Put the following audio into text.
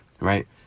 right